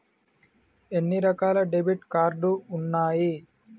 ఎన్ని రకాల debit card ఉన్నాయి?